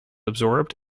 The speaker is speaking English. absorbed